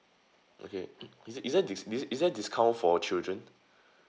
okay mm isn't isn't dis~ is there is there discount for children